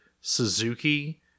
Suzuki